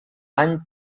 any